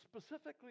specifically